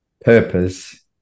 purpose